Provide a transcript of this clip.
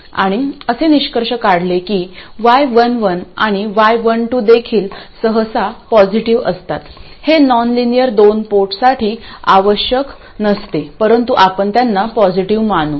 आणि असे निष्कर्ष काढले की y11 आणि y12 देखील सहसा पॉसिटिव असतात हे नॉनलिनियरदोन पोर्टसाठी आवश्यक नसते परंतु आपण त्यांना पॉसिटिव मानू